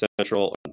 central